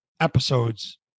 episodes